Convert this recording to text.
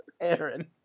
Aaron